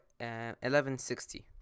1160